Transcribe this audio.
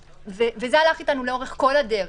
וזה הלך איתנו לאורך כל הדרך,